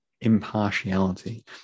impartiality